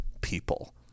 people